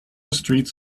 streets